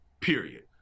period